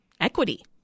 equity